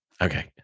Okay